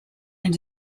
and